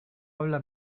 habla